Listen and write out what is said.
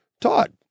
Todd